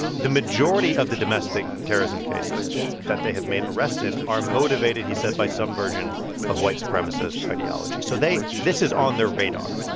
the majority of the domestic terrorism cases that they have made arrests in are motivated, he said, by some version of white supremacist ideology. so they this is on their radar